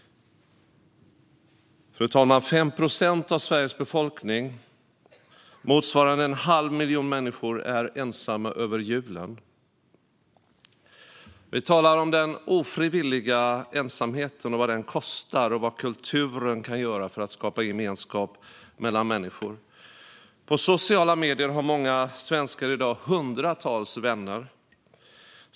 Fru talman! Det är 5 procent av Sveriges befolkning - motsvarande en halv miljon människor - som är ensamma över julen. Vi talar om den ofrivilliga ensamheten, vad den kostar och vad kulturen kan göra för att skapa gemenskap mellan människor. På sociala medier har många svenskar i dag hundratals vänner.